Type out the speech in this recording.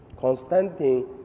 Constantine